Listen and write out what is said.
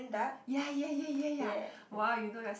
ya ya ya ya ya !wah! you gonna